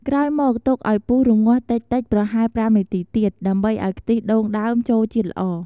ក្រោយមក ទុកឱ្យពុះរំងាស់តិចៗប្រហែល ៥ នាទីទៀត ដើម្បីឱ្យខ្ទិះដូងដើមចូលជាតិល្អ។